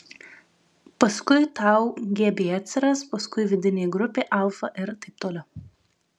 paskui tau gb atsiras paskui vidinė grupė alfa ir taip toliau